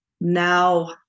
Now